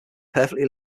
perfectly